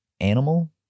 animal